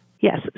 Yes